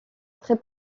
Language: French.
très